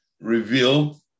revealed